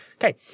okay